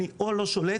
אני או לא שולט